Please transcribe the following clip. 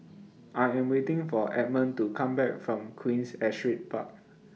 I Am waiting For Edmund to Come Back from Queen Astrid Park